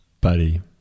Buddy